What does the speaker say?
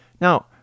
Now